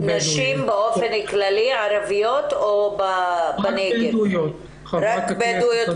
נשים באופן כללי או רק נשים בדואיות בנגב?